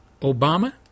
Obama